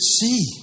see